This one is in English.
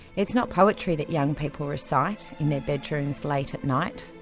it's not poetry that young people recite in their bedrooms late at night,